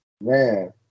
man